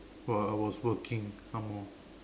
while I was working some more